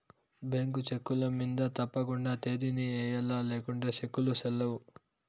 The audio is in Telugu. బ్యేంకు చెక్కుల మింద తప్పకండా తేదీని ఎయ్యల్ల లేకుంటే సెక్కులు సెల్లవ్